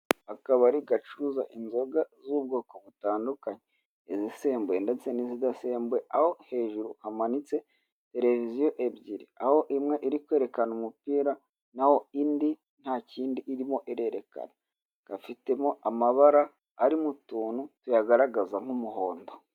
Akabari gacuruza inzoga z'ubwoko butandukanye, izisembuye ndetse n'izidasembuye, aho hejuru hamanitse tereviziyo ebyiri, aho imwe iri kwerekana umupira, naho indi nta kindi irimo irerekana. Gafitemo amabara ari mu tuntu tuyagaragaza nk'umuhondo.